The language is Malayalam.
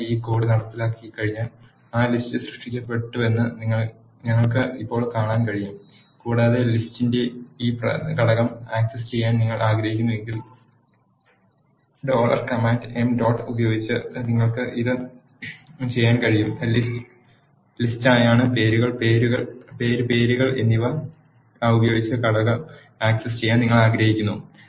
നിങ്ങൾ ഈ കോഡ് നടപ്പിലാക്കിയുകഴിഞ്ഞാൽ ആ ലിസ്റ്റ് സൃഷ്ടിക്കപ്പെട്ടുവെന്ന് ഞങ്ങൾക്ക് ഇപ്പോൾ കാണാൻ കഴിയും കൂടാതെ ലിസ്റ്റ് യുടെ ഈ ഘടകം ആക് സസ് ചെയ്യാൻ നിങ്ങൾ ആഗ്രഹിക്കുന്നുവെങ്കിൽ ഡോളർ കമാൻഡ് m ഡോട്ട് ഉപയോഗിച്ച് നിങ്ങൾക്ക് അത് ചെയ്യാൻ കഴിയും ലിസ്റ്റ് ലിസ്റ്റ് യാണ് പേര് പേരുകൾ എന്നിവ ഉപയോഗിച്ച് ഘടകം ആക്സസ് ചെയ്യാൻ നിങ്ങൾ ആഗ്രഹിക്കുന്നു